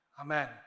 Amen